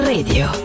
Radio